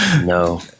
No